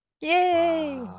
Yay